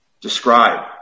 describe